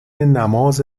نماز